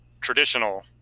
traditional